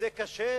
זה כשר,